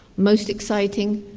most exciting,